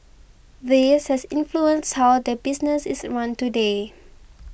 this has influenced how the business is run today